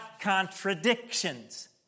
contradictions